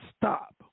stop